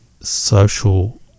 social